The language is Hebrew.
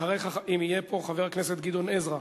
אחריך, אם יהיה פה, חבר הכנסת גדעון עזרא.